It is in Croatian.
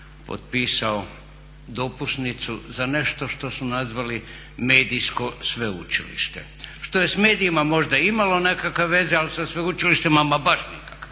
dopusnicu za nešto što su nazvali Medijsko sveučilište što je s medijima možda imalo nekakve veze ali sa sveučilištem ama baš nikakve,